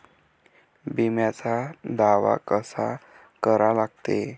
बिम्याचा दावा कसा करा लागते?